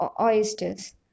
oysters